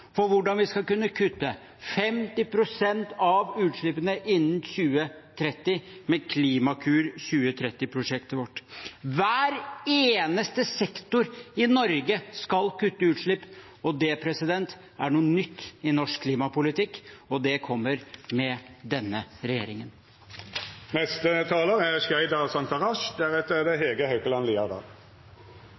for hvordan vi skal kunne kutte 50 pst. av utslippene innen 2030 med Klimakur 2030-prosjektet vårt. Hver eneste sektor i Norge skal kutte utslipp, og det er noe nytt i norsk klimapolitikk. Det kommer med denne regjeringen. Likeverdsreformen ble lansert i regjeringserklæringen den 29. januar 2019, og den skal «gjøre det